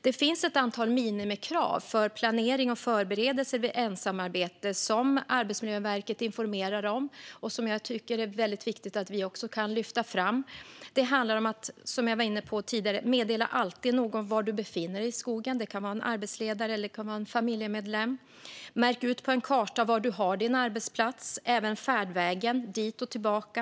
Det finns ett antal minimikrav för planering av och förberedelse för ensamarbete som Arbetsmiljöverket informerar om och som jag tycker att det är viktigt att vi också lyfter fram. Som jag var inne på tidigare handlar det om att alltid meddela någon var i skogen man befinner sig - det kan vara en arbetsledare eller en familjemedlem - och att märka ut på en karta var man har sin arbetsplats, liksom färdvägen dit och tillbaka.